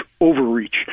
overreach